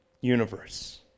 universe